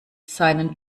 seinen